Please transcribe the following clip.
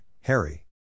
Harry